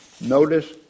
Notice